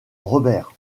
robert